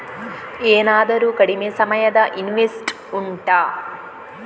ಏನಾದರೂ ಕಡಿಮೆ ಸಮಯದ ಇನ್ವೆಸ್ಟ್ ಉಂಟಾ